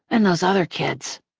and those other kids.